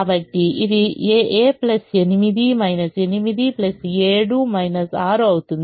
కాబట్టి ఇది a 8 8 7 6 అవుతుందిఇది మళ్లీ 1 అవుతుంది